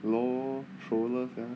L_O_L troller sia